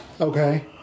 Okay